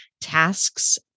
Tasks